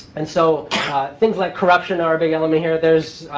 and so things like corruption are a big element here. there's